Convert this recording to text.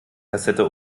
kassette